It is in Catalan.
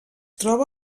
troba